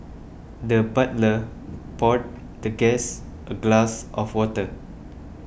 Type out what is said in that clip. the butler poured the guest a glass of water